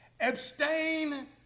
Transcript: abstain